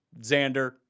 Xander